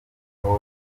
aho